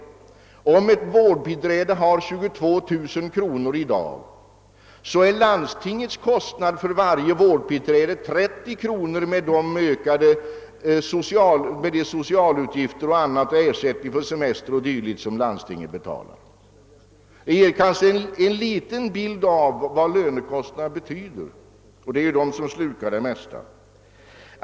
Men om ett vårdbiträde i dag har en årslön på 22 000 kronor, så är landstingets kostnad för varje vårdbiträde 30000 kronor med de socialutgifter och annat såsom ersättning för semester o.d. som landstinget betalar. Det ger kanske en liten bild av vad lönekostnaderna betyder, och det är ju de som slukar det mesta.